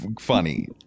funny